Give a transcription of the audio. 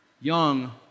Young